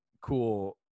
cool